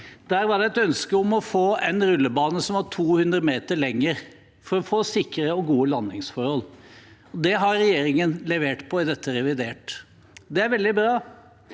Der var det et ønske om å få en rullebane som var 200 meter lengre, for å få sikre og gode landingsforhold. Det har regjeringen levert på i dette reviderte budsjettet. Det er veldig bra.